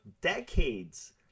decades